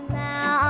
now